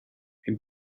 ein